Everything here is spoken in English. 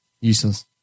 useless